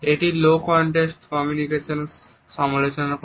এটি low context কমিউনিকেশনের সমালোচনা করে